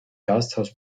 gasthaus